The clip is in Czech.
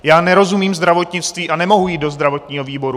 Já nerozumím zdravotnictví a nemohu jít do zdravotního výboru.